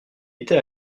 était